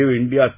India